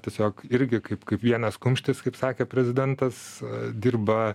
tiesiog irgi kaip kaip vienas kumštis kaip sakė prezidentas dirba